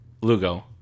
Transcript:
lugo